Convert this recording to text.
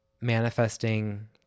manifesting